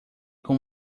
com